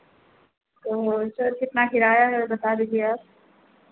तो सर कितना किराया है बता दीजिए आप